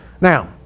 Now